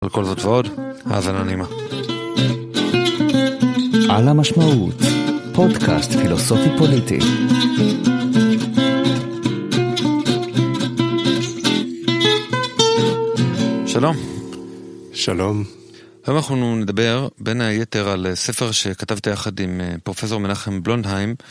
על כל זאת ועוד, האזנה נעימה. על המשמעות. פודקאסט פילוסופי פוליטי. שלום. שלום. היום אנחנו נדבר בין היתר על ספר שכתבתי יחד עם פרופ' מנחם בלונדהיים